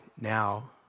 now